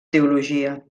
teologia